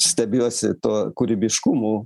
stebiuosi tuo kūrybiškumu